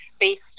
based